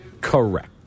Correct